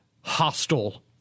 hostile